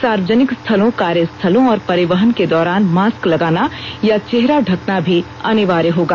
सार्वजनिक स्थलों कार्यस्थलों और परिवहन के दौरान मास्क लगाना या चेहरा ढकना भी अनिवार्य होगा